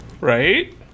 Right